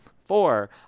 Four